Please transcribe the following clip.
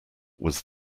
was